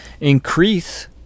Increase